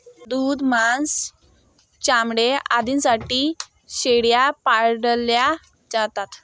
दूध, मांस, चामडे आदींसाठी शेळ्या पाळल्या जातात